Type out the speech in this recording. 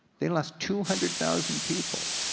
they lost two hundred thousand people.